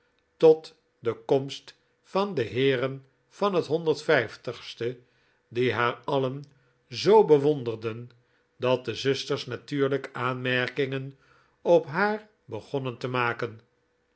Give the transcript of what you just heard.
tot de komst van de heeren van het honderdste die haar alien zoo bewonderden dat de zusters natuurlijk aanmerkingen op haar begonnen te maken